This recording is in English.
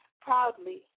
proudly